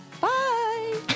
bye